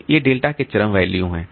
तो ये डेल्टा के चरम वैल्यू हैं